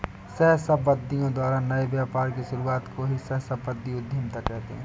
सहस्राब्दियों द्वारा नए व्यापार की शुरुआत को ही सहस्राब्दियों उधीमता कहते हैं